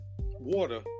water